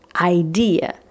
idea